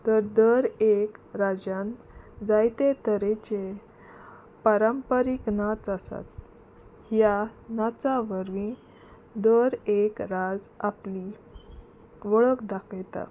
तर दर एक राजान जायते तरेचे परंपरीक नाच आसात ह्या नाचां वरवीं दर एक राज आपली वळख दाखयता